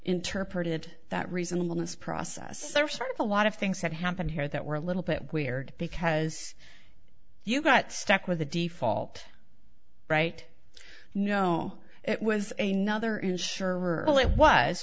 interpreted that reasonable this process there are sort of a lot of things that happened here that were a little bit weird because you got stuck with a default right you know it was a nother i